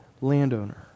landowner